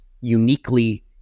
uniquely